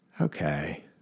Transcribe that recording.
Okay